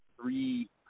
three